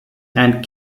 and